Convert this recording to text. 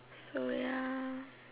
so ya